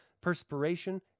perspiration